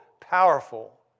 powerful